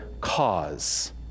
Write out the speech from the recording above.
cause